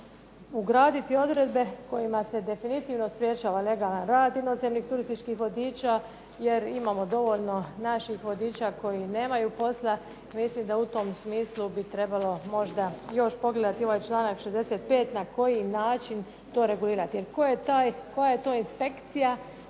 ugraditi odredbe kojima se definitivno sprječava legalan rad inozemnih turističkih vodiča jer imamo dovoljno naših vodiča koji nemaju posla. Mislim da u tom smislu bi trebalo možda još pogledati i ovaj članak 65. na koji način to regulirati. Jer koja je to inspekcija